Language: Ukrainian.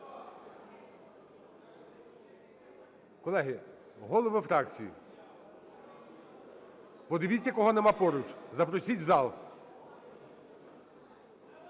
Колеги, голови фракцій, подивіться, кого нема поруч – запросіть в зал.